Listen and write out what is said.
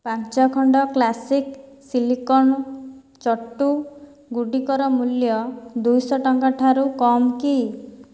ପାଞ୍ଚଖଣ୍ଡ classic silicon ଚଟୁ ଗୁଡ଼ିକର ମୂଲ୍ୟ ଦୁଇଶହ ଟଙ୍କା ଠାରୁ କମ୍ କି